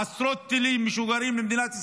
עשרות טילים משוגרים למדינת ישראל.